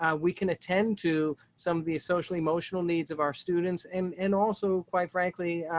ah we can attend to some of the social, emotional needs of our students. and and also, quite frankly,